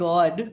God